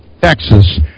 Texas